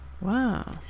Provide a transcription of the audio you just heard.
Wow